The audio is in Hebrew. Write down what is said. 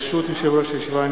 ברשות יושב-ראש הישיבה,